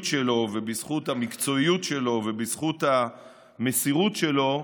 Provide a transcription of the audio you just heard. שלו ובזכות המקצועיות שלו ובזכות המסירות שלו,